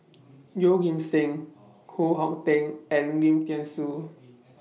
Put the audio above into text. Yeoh Ghim Seng Koh Hong Teng and Lim Thean Soo